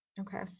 Okay